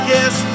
Yes